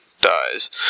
dies